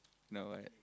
now what